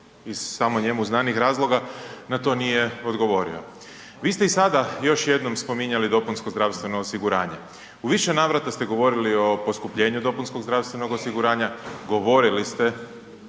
iz samo njemu znanih razloga na to nije odgovorio. Vi ste i sada još jednom spominjali dopunsko zdravstveno osiguranje, u više navrata ste govorili o poskupljenju dopunskog zdravstvenog osiguranja, govorili ste,